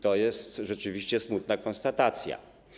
To jest rzeczywiście smutna konstatacja.